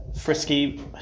frisky